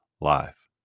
life